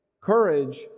Courage